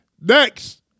Next